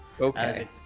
Okay